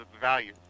value